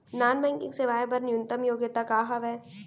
Non banking सेवाएं बर न्यूनतम योग्यता का हावे?